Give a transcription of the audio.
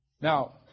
Now